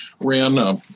ran